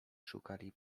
szukali